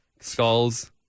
skulls